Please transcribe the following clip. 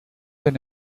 den